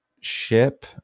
ship